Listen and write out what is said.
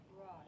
Right